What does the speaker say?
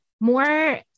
more